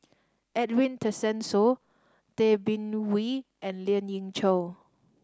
Edwin Tessensohn Tay Bin Wee and Lien Ying Chow